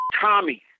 Tommy